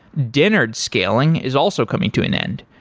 dennard scaling is also coming to an end.